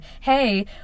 hey